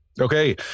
okay